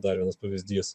dar vienas pavyzdys